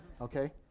okay